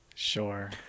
sure